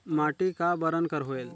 माटी का बरन कर होयल?